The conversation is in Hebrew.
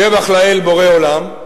השבח לאל בורא עולם,